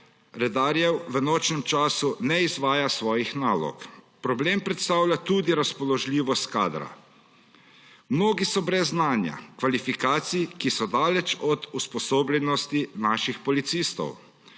redarjev v nočnem času ne izvaja svojih nalog. Problem predstavlja tudi razpoložljivost kadra. Mnogi so brez znanja, kvalifikacij, ki so daleč od usposobljenosti naših policistov.